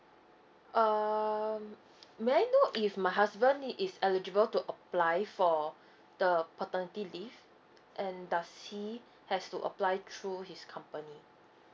um may I know if my husband is eligible to apply for the paternity leave and does he has to apply through his company